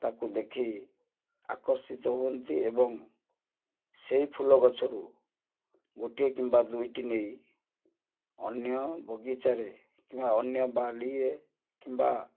ତାକୁ ଦେଖି ଆକର୍ଷିତ ହୁଅନ୍ତି ଏବଂ ସେହି ଫୁଲ ଗଛରୁ ଗୋଟିଏ କିମ୍ବା ଦୁଇଟି ନେଇ ଅନ୍ୟ ବଗିଚାରେ କିମ୍ବା ଅନ୍ୟ ବାଡ଼ିରେ କିମ୍ବା